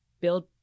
build